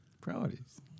priorities